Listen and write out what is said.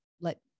let